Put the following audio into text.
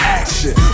action